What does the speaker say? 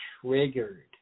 triggered